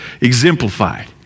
exemplified